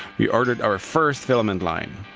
we ordered our first filament line.